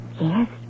Yes